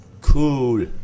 Cool